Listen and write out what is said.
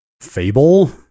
Fable